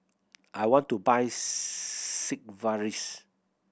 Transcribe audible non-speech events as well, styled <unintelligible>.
I want to buy <unintelligible> Sigvaris